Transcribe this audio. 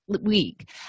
week